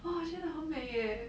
!wah! 我觉得很美 eh